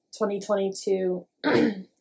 2022